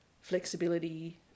flexibility